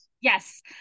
Yes